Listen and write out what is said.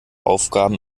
aufgaben